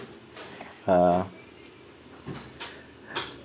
uh